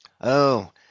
Oh